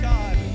God